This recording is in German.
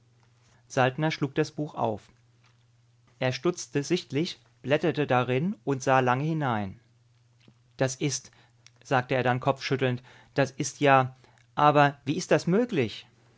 saltner schlug das buch auf er stutzte sichtlich blätterte darin und sah lange hinein das ist sagte er dann kopfschüttelnd das ist ja aber wie ist das möglich